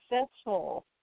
successful